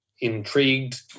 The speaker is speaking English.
intrigued